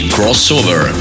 Crossover